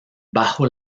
bajo